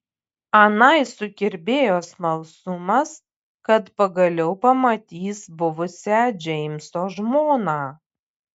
anai sukirbėjo smalsumas kad pagaliau pamatys buvusią džeimso žmoną